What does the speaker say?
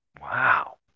Wow